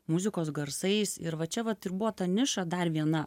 muzikos garsais ir va čia vat ir buvo ta niša dar viena